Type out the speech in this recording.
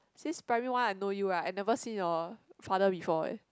since primary one I know you ah I never seen your father before eh